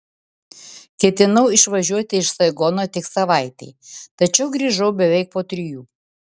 ketinau išvažiuoti iš saigono tik savaitei tačiau grįžau beveik po trijų